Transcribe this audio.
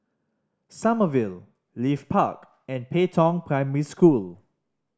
Sommerville Leith Park and Pei Tong Primary School